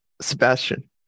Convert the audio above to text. Sebastian